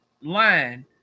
line